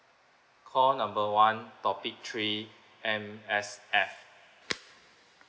call number one topic three M_S_F